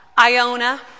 Iona